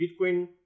bitcoin